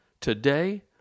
today